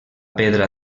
pedra